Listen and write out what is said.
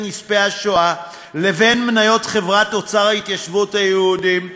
של נספי השואה לבין חברת "אוצר התיישבות היהודים"